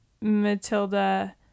Matilda